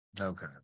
Okay